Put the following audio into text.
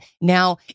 Now